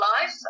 life